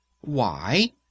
Why